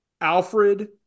Alfred